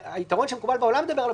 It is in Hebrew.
היתרון שמקובל בעולם לדבר עליו,